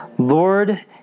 Lord